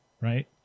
right